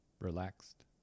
Relaxed